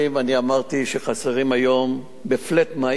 אני אמרתי שחסרים היום ב"פְלאט" מהיר,